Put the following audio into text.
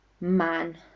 man